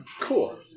Cool